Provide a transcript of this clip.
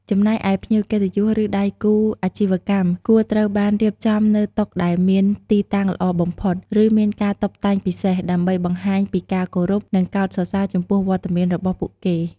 ចំណែកឯភ្ញៀវកិត្តិយស ឬដៃគូអាជីវកម្មគួរត្រូវបានរៀបចំនៅតុដែលមានទីតាំងល្អបំផុត ឬមានការតុបតែងពិសេស ដើម្បីបង្ហាញពីការគោរព និងកោតសរសើរចំពោះវត្តមានរបស់ពួកគេ។